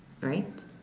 right